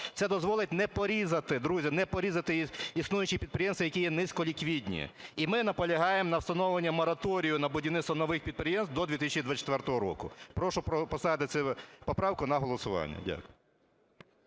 Це дозволить не порізати, друзі, не порізати існуючі підприємства, які є низьколіквідні. І ми наполягаємо на встановленні мораторію на будівництво нових підприємств до 2024 року. Прошу поставити цю поправку на голосування. Дякую.